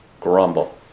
Grumble